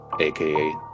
aka